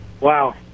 Wow